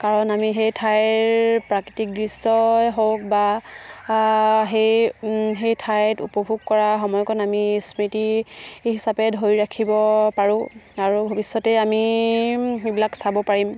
কাৰণ আমি সেই ঠাইৰ প্ৰাকৃতিক দৃশ্যই হওক বা সেই ঠাইত উপভোগ কৰা সময়কণ আমি স্মৃতি হিচাপে ধৰি ৰাখিব পাৰোঁ আৰু ভৱিষ্যতে আমি সেইবিলাক চাব পাৰিম